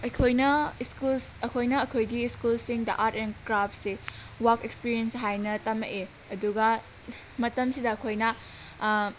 ꯑꯩꯈꯣꯏꯅ ꯁ꯭ꯀꯨꯜꯁ ꯑꯩꯈꯣꯏꯅ ꯑꯩꯈꯣꯏꯒꯤ ꯁ꯭ꯀꯨꯜꯁꯤꯡꯗ ꯑꯥꯔꯠ ꯑꯦꯟ ꯀ꯭ꯔꯥꯐꯁꯦ ꯋꯥꯛ ꯑꯦꯛꯁꯄꯔꯦꯟꯁ ꯍꯥꯏꯅ ꯇꯝꯂꯛꯑꯦ ꯑꯗꯨꯒ ꯃꯇꯝꯁꯤꯗ ꯑꯩꯈꯣꯏꯅ